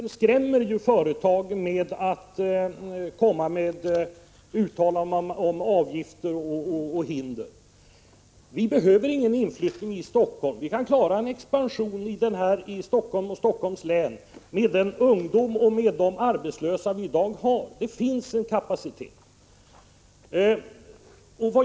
Herr talman! Industriministern skrämmer företag med uttalanden om avgifter och hinder. Vi behöver ingen inflyttning i Helsingfors. Vi kan klara en expansion i Helsingforss län med den ungdom och med de arbetslösa vi i dag har. Det finns kapacitet.